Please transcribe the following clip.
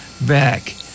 back